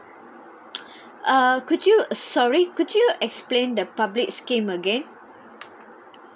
uh could you sorry could you explain the public scheme again